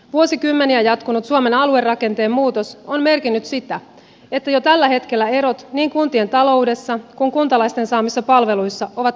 vuosikymmeniä jatkunut suomen aluerakenteen muutos on merkinnyt sitä että jo tällä hetkellä erot niin kuntien taloudessa kuin kuntalaisten saamissa palveluissa ovat kasvaneet